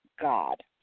God